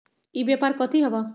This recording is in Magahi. ई व्यापार कथी हव?